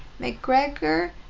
McGregor